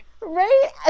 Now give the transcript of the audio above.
Right